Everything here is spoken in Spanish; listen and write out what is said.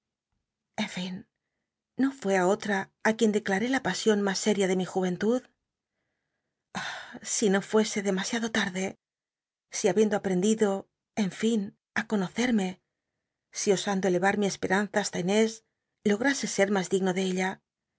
no fué í otra uien declaré la pasion mas séria de mi juventud ay si no fuese demasiado larde si habiendo a l'end ido en fin á conocenne si osando elevar mi esperanza basta inés lograse ser mas digno de ella